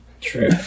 True